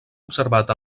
observat